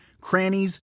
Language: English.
crannies